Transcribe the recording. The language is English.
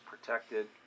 protected